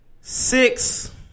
Six